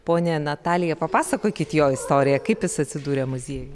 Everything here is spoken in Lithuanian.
ponia natalija papasakokit jo istoriją kaip jis atsidūrė muziejuj